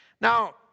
Now